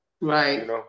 Right